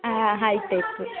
ಹಾಂ ಆಯ್ತ್ ಆಯಿತು